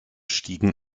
stiegen